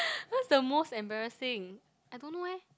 that's the most embarrassing I don't know eh